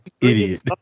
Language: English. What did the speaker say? idiot